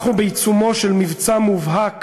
אנחנו בעיצומו של מבצע מובהק